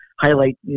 highlight